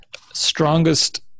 strongest